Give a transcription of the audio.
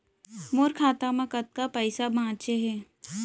मोर खाता मा कतका पइसा बांचे हे?